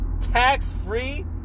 Tax-free